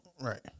Right